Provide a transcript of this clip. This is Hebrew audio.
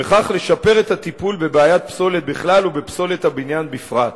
וכך לשפר את הטיפול בבעיית הפסולת בכלל ובפסולת הבניין בפרט.